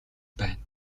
байна